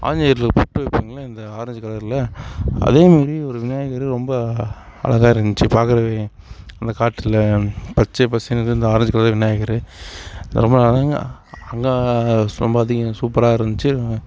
ஆஞ்சநேயருக்கு பொட்டு வைப்பாங்கள்ல இந்த ஆரஞ்சு கலர்ல அதே மாதிரி ஒரு விநாயகர் ரொம்ப அழகா இருந்துச்சு பார்க்கறது அந்தக் காட்டில் பச்சை பசேல்னு அந்த ஆரஞ்சு கலரு விநாயகர் ரொம்ப அழகா அங்கே ரொம்ப அதிக சூப்பராக இருந்துச்சு